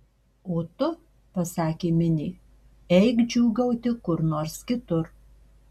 o tu pasakė minė eik džiūgauti kur nors kitur